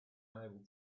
able